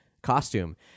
costume